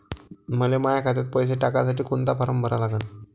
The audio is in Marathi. मले माह्या खात्यात पैसे टाकासाठी कोंता फारम भरा लागन?